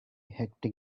hectic